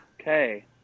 Okay